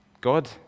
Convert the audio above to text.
God